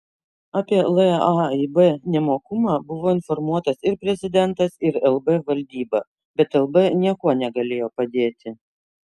apie laib nemokumą buvo informuotas ir prezidentas ir lb valdyba bet lb niekuo negalėjo padėti